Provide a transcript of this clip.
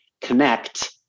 connect